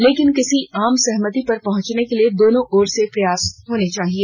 लेकिन किसी आम सहमति पर पहंचने के लिए दोनों तरफ से प्रयास होने चाहिए